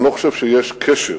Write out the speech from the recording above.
אני לא חושב שיש קשר